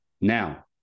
Now